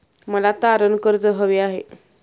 मला तारण कर्ज हवे आहे